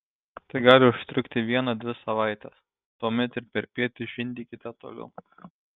tai gali užtrukti vieną dvi savaites tuomet ir perpiet žindykite toliau